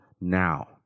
now